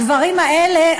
הגברים האלה,